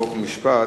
חוק ומשפט.